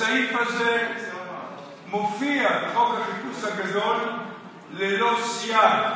הסעיף הזה מופיע בחוק החיפוש הגדול ללא סייג.